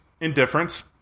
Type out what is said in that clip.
Indifference